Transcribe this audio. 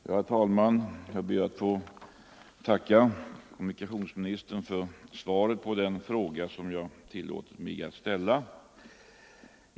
Herr talman! Jag ber att få tacka kommunikationsministern för svaret på den fråga som jag tillåtit mig att ställa.